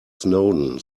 snowden